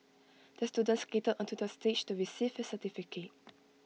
the student skated onto the stage to receive his certificate